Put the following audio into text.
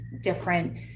different